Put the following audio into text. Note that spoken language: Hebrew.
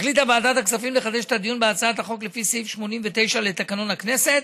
החליטה ועדת הכספים לחדש את הדיון בהצעת החוק לפי סעיף 89 לתקנון הכנסת